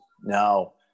no